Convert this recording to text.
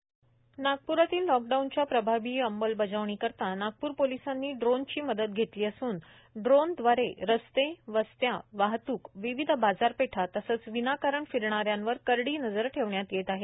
drone चित्रीकरण नागप्रातील लॉकडाउनच्या प्रभावी अंमलबजावणी करीता नागप्र पोलिसांनी ड्रोन ची मदत घेतली असून ड्रोन द्वारे रस्ते वस्ती वाहतूकविविध बाजारपेठ तसेच विनाकारण फिरणाऱ्यांवर करडी नजर ठेवण्यात येत आहे